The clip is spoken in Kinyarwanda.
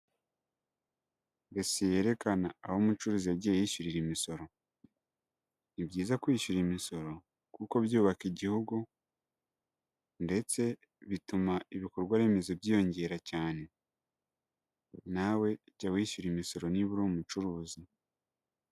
Dosiye yerekana aho umucuruzi yagiye yishyurira imisoro, ni byiza kwishyura imisoro kuko byubaka igihugu ndetse bituma ibikorwaremezo byiyongera cyane, nawe jya wishyura imisoro niba uri umucuruzi.